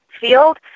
field